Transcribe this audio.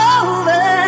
over